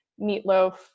meatloaf